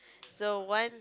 so one